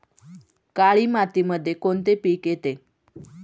काळी मातीमध्ये कोणते पिके येते?